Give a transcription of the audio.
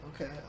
Okay